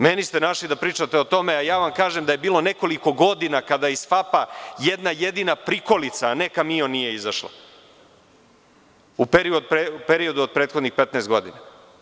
Meni ste našli da pričate o tome, a ja vam kažem da je bilo nekoliko godina kada iz FAP-a jedna jedina prikolica, a ne kamion, nije izašla u periodu od prethodnih 15 godina.